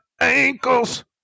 ankles